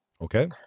Okay